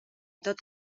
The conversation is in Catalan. tot